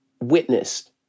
witnessed